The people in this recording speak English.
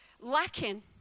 lacking